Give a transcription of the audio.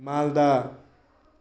Malda